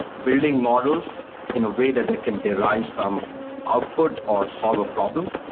building models in a way that that can derive some output, or solve a problem,